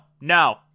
no